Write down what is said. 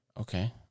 Okay